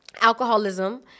alcoholism